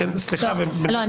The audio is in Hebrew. אני